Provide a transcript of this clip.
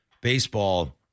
Baseball